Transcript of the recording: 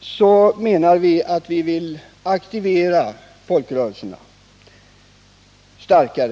är det därför att vi vill aktivera dem att engagera sig ännu starkare.